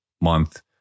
month